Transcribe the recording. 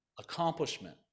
accomplishment